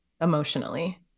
emotionally